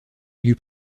élu